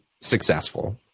successful